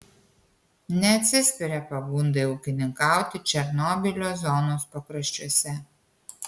neatsispiria pagundai ūkininkauti černobylio zonos pakraščiuose